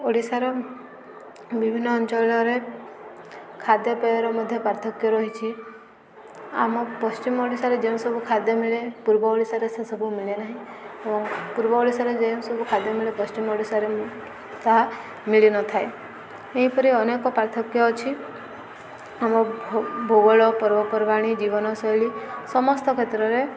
ଓଡ଼ିଶାର ବିଭିନ୍ନ ଅଞ୍ଚଳରେ ଖାଦ୍ୟପେୟର ମଧ୍ୟ ପାର୍ଥକ୍ୟ ରହିଛି ଆମ ପଶ୍ଚିମ ଓଡ଼ିଶାରେ ଯେଉଁସବୁ ଖାଦ୍ୟ ମିଳେ ପୂର୍ବ ଓଡ଼ିଶାରେ ସେସବୁ ମିଳେ ନାହିଁ ଏବଂ ପୂର୍ବ ଓଡ଼ିଶାରେ ଯେଉଁ ସବୁ ଖାଦ୍ୟ ମିଳେ ପଶ୍ଚିମ ଓଡ଼ିଶାରେ ତାହା ମିଳିନଥାଏ ଏହିପରି ଅନେକ ପାର୍ଥକ୍ୟ ଅଛି ଆମ ଭୂଗୋଳ ପର୍ବପର୍ବାଣି ଜୀବନଶୈଳୀ ସମସ୍ତ କ୍ଷେତ୍ରରେ